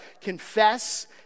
confess